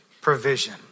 provision